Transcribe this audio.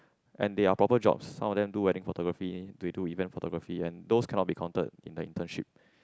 and they are proper jobs some of them do wedding photography they do event photography and those cannot be counted in the internship